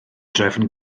drefn